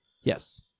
yes